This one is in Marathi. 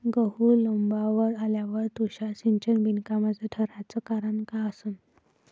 गहू लोम्बावर आल्यावर तुषार सिंचन बिनकामाचं ठराचं कारन का असन?